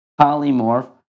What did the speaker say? polymorph